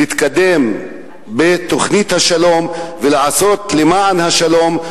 להתקדם בתוכנית השלום ולעשות למען השלום,